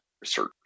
research